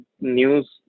news